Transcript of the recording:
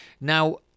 Now